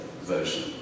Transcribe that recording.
version